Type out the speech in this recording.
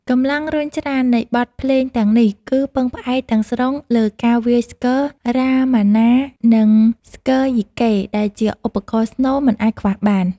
កម្លាំងរុញច្រាននៃបទភ្លេងទាំងនេះ គឺពឹងផ្អែកទាំងស្រុងលើការវាយស្គរ រាមាណា និង ស្គរយីកេ ដែលជាឧបករណ៍ស្នូលមិនអាចខ្វះបាន។